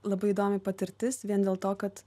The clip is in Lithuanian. labai įdomi patirtis vien dėl to kad